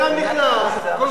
בודקים אותו,